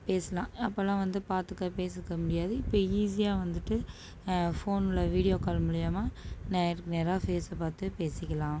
பேசலாம் அப்போலாம் வந்து பார்த்துக்க பேசிக்க முடியாது இப்போ ஈஸியாக வந்துவிட்டு ஃபோனில் வீடியோ கால் மூலியமாக நேருக்கு நேராக ஃபேஸ்ஸை பார்த்து பேசிக்கலாம்